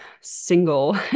single